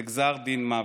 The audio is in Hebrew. זה גזר דין מוות.